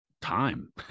time